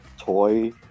toy